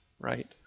right